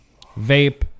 vape